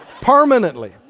permanently